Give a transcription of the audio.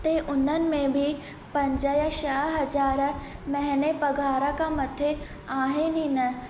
त उन में बि पंज या छह हज़ार महिने पघार खां मथे आहिनि ई न